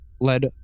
led